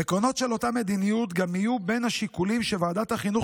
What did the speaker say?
העקרונות של אותה מדיניות גם יהיו בין השיקולים שוועדת החינוך